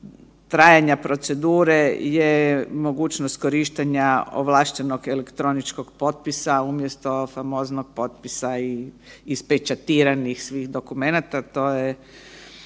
trajanja procedure je mogućnost korištenja ovlaštenog elektroničkog potpisa umjesto famoznog potpisa i ispečatiranih dokumenata, to je